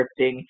scripting